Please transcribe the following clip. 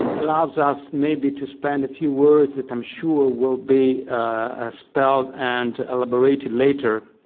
allows us maybe to spend a few words that i'm sure will be ah spelled and elaborated later,